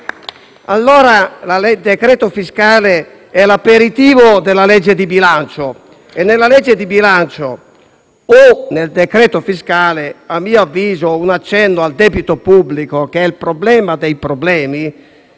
FI-BP)*. Il decreto fiscale è l'aperitivo della legge di bilancio e nella legge di bilancio o nel decreto fiscale, a mio avviso, va fatto un accenno al debito pubblico, che è il problema dei problemi